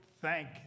thank